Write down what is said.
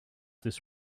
this